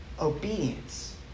obedience